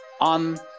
on